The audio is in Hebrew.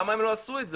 למה הם לא עשו את זה?